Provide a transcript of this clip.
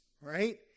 right